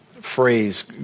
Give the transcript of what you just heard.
phrase